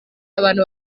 abantu